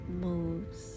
moves